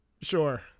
sure